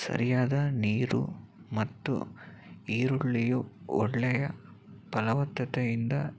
ಸರಿಯಾದ ನೀರು ಮತ್ತು ಈರುಳ್ಳಿಯ ಒಳ್ಳೆಯ ಫಲವತ್ತತೆಯಿಂದ